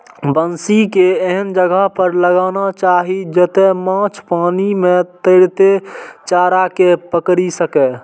बंसी कें एहन जगह पर लगाना चाही, जतय माछ पानि मे तैरैत चारा कें पकड़ि सकय